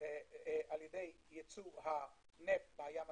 על-ידי ייצוא הנפט מהים הצפוני,